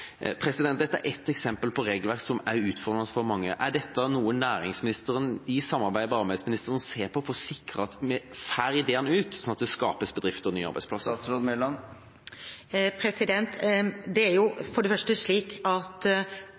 Dette er ett eksempel på regelverk som er utfordrende for mange. Er dette noe næringsministeren, i samarbeid med arbeidsministeren, ser på, for å sikre at vi får ideene ut, slik at det skapes bedrifter og nye arbeidsplasser? Det er for det første slik at